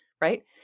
right